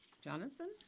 Jonathan